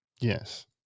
yes